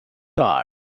card